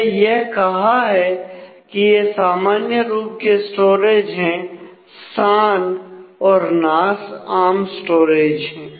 हमने यह कहा है कि यह सामान्य रूप के स्टोरेज हैं सान आम स्टोरेज है